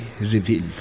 revealed